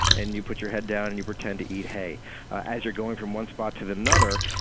and you put your head down and you pretend to eat hay as you're going from one spot to another,